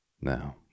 Now